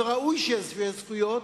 וראוי שהוא יהיה שווה זכויות,